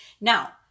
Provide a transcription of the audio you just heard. now